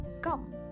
come